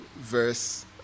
verse